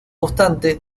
obstante